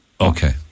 Okay